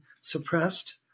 suppressed